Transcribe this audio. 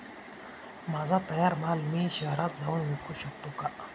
माझा तयार माल मी शहरात जाऊन विकू शकतो का?